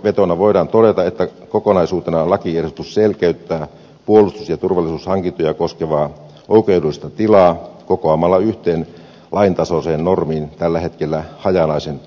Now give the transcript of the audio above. yhteenvetona voidaan todeta että kokonaisuutena lakiehdotus selkeyttää puolustus ja turvallisuushankintoja koskevaa oikeudellista tilaa kokoamalla yhteen laintasoiseen normiin tällä hetkellä hajanaisen